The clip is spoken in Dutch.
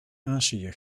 azië